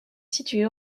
située